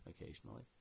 occasionally